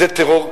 זה טרור.